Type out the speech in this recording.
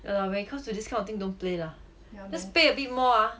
!aiya! when it comes to this kind of thing don't play lah just pay a bit more ah